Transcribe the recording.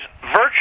virtually